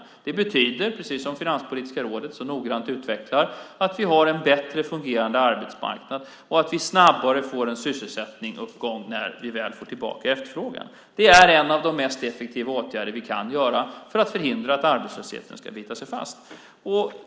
Och det betyder, precis som Finanspolitiska rådet så noga utvecklar, att vi har en bättre fungerande arbetsmarknad och att vi snabbare får en sysselsättningsuppgång när vi väl får tillbaka efterfrågan. Det är en av de mest effektiva åtgärder vi kan vidta för att förhindra att arbetslösheten biter sig fast.